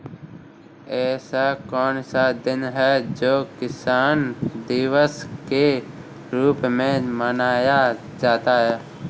ऐसा कौन सा दिन है जो किसान दिवस के रूप में मनाया जाता है?